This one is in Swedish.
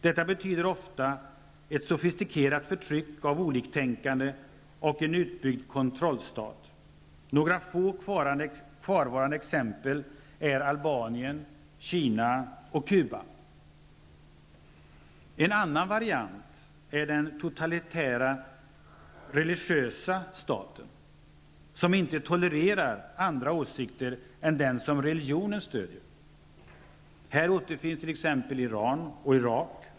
Detta betyder ofta ett sofistikerat förtryck av oliktänkande och en utbyggd kontrollstat. Några få kvarvarande exempel är En annan variant är den totalitära religiösa staten, som inte tolererar andra åsikter än dem som religionen stöder. Här återfinns t.ex. Iran och Irak.